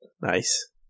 Nice